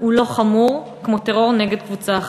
הוא לא חמור כמו טרור נגד קבוצה אחרת.